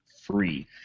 free